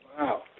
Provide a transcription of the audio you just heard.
Wow